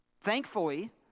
Thankfully